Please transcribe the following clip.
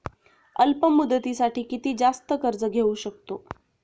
अल्प मुदतीसाठी किती जास्त कर्ज घेऊ शकतो?